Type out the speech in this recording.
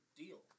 deal